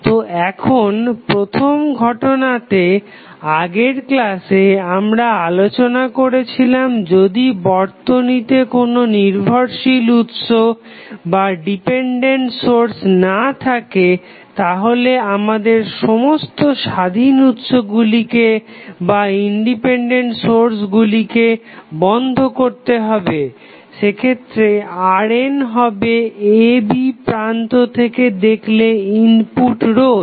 তো এখন প্রথম ঘটনাতে আগের ক্লাসে আমরা আলোচনা করেছিলাম যদি বর্তনীতে কোনো নির্ভরশীল উৎস না থাকে তাহলে আমাদের সমস্ত স্বাধীন উৎসগুলিকে বন্ধ করতে হবে সেক্ষেত্রে RN হবে a b প্রান্ত থেকে দেখলে ইনপুট রোধ